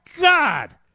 God